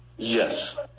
Yes